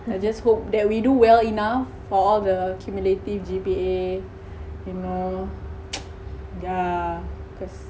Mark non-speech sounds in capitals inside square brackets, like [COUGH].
I just hope that we do well enough for all the cumulative G_P_A you know [NOISE] yeah because